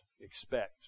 expect